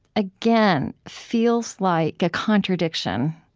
again feels like a contradiction,